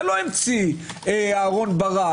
זה לא המציא אהרן ברק.